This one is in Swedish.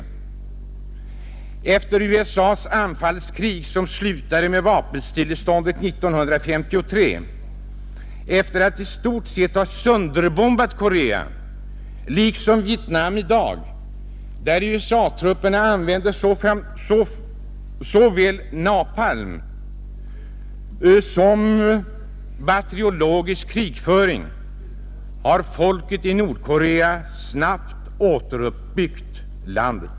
Efter USA:s anfallskrig som slutade med vapenstilleståndet 1953 och efter det att USA i stort sett sönderbombat Nordkorea liksom Vietnam i dag i ett krig där USA-trupperna använde såväl napalm som bakteriologisk krigföring, har folket i Nordkorea snabbt återuppbyggt landet.